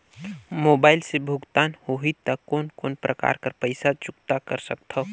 Mobile से भुगतान होहि त कोन कोन प्रकार कर पईसा चुकता कर सकथव?